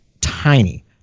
tiny